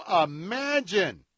imagine